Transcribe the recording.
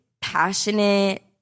passionate